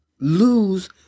lose